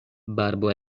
barbo